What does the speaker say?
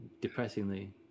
depressingly